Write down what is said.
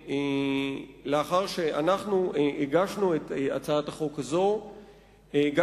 לאחר שהגשנו את הצעת החוק הזאת גם